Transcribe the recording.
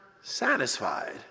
satisfied